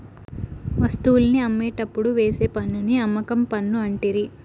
వస్తువుల్ని అమ్మేటప్పుడు వేసే పన్నుని అమ్మకం పన్ను అంటిరి